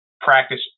practice